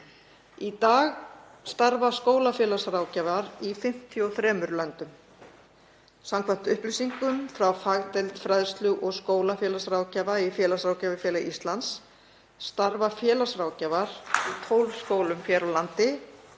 Í dag starfa skólafélagsráðgjafar í 53 löndum. Samkvæmt upplýsingum frá fagdeild fræðslu- og skólafélagsráðgjafa í Félagsráðgjafafélagi Íslands starfa félagsráðgjafar í 12 skólum hér á landi,